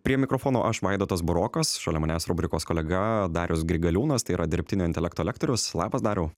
prie mikrofono aš vaidotas burokas šalia manęs rubrikos kolega darius grigaliūnas tai yra dirbtinio intelekto lektorius labas dariau